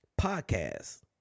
podcast